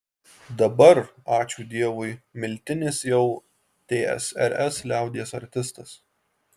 dabar ačiū dievui miltinis jau tsrs liaudies artistas